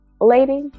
Lady